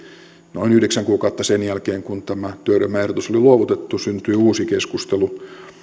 noin yhdeksän kuukautta sen jälkeen kun tämä työryhmän ehdotus oli luovutettu syntyi uusi keskustelu